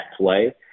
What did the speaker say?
play